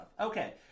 Okay